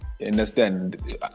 understand